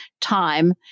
time